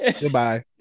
Goodbye